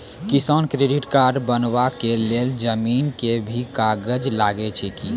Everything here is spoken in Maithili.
किसान क्रेडिट कार्ड बनबा के लेल जमीन के भी कागज लागै छै कि?